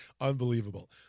unbelievable